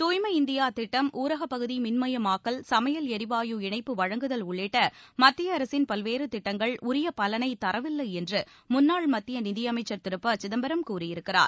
தூய்மை இந்தியா திட்டம் ஊரகப் பகுதி மின்மயமாக்கல் சமையல் எரிவாயு இணைப்பு வழங்குதல் உள்ளிட்ட மத்திய அரசின் பல்வேறு திட்டங்கள் உரிய பலனை தரவில்லை என்று முன்னாள் மத்திய நிதியமைச்சர் திரு ப சிதம்பரம் கூறியிருக்கிறார்